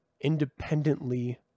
independently